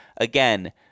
again